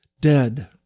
dead